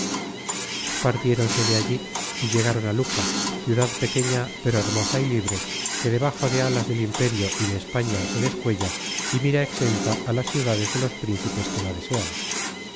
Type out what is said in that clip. partiéronse de allí y llegaron á luca ciudad pequeña pero hermosa y libre que debajo de alas del imperio y de españa se descuella y mira exenta á las ciudades de los principes que la desean